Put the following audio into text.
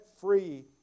free